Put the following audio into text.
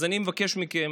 אז אני מבקש מכם: